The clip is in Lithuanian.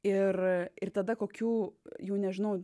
ir ir tada kokių jau nežinau